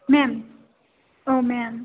मेम औ मेम